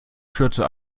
schürze